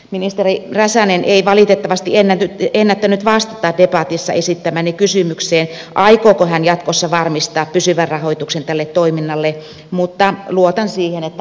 ministeri räsänen ei valitettavasti enää ennättänyt vastata debatissa esittämääni kysymykseen aikooko hän jatkossa varmistaa pysyvä rahoituksen tälle toiminnalle mutta luotan siihen että